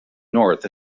north